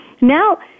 now